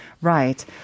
Right